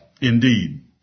indeed